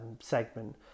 segment